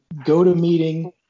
GoToMeeting